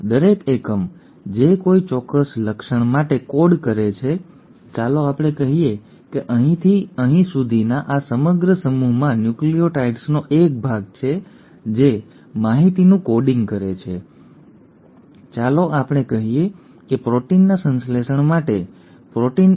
દરેક એકમ જે કોઈ ચોક્કસ લક્ષણ માટે કોડ કરે છે ચાલો આપણે કહીએ કે અહીંથી અહીં સુધીના આ સમગ્ર સમૂહમાં ન્યુક્લિઓટાઇડ્સનો એક ભાગ છે જે માહિતીનું કોડિંગ કરે છે ચાલો આપણે કહીએ કે પ્રોટીનના સંશ્લેષણ માટે પ્રોટીન 1